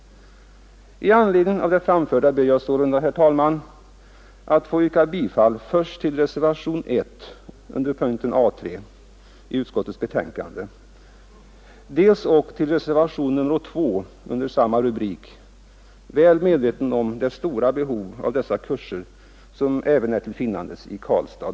Med anledning av det anförda ber jag sålunda, herr talman, att få yrka bifall dels till reservationen A 1 vid punkten 3 i utbildningsutskottets betänkande, dels ock till reservationen A 2 vid samma punkt, väl medveten om det stora behov av dessa kurser som även är till finnandes i Karlstad.